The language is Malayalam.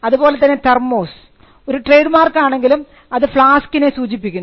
അതുപോലെതന്നെ തെർമോസ് ഒരു ട്രേഡ് മാർക്ക് ആണെങ്കിലും അത് ഫ്ളാസ്ക്കിനെ സൂചിപ്പിക്കുന്നു